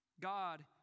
God